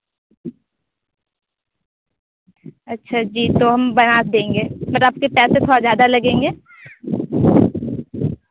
अच्छा जी तो हम बना देंगे पर आपके पैसे थोड़ा ज़्यादा लगेंगे